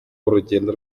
urugendo